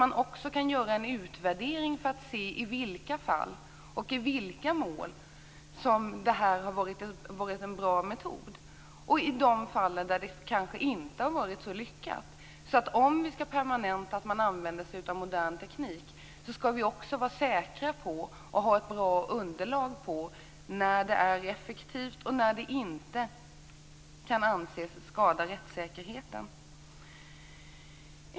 Då går det att göra en utvärdering och se i vilka fall och i vilka mål som detta har varit en bra metod och i vilka fall det inte har varit så lyckat. Om det skall permanentas att använda sig av modern teknik, skall det finnas ett bra underlag på när det är effektivt och när det inte kan anses skada rättssäkerheten.